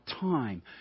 time